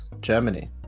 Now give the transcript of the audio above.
Germany